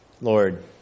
Lord